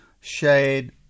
shade